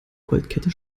goldkette